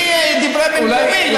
היא דיברה במקומי, לקחה לי את הזמן.